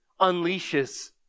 unleashes